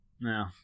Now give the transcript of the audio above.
no